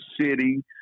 city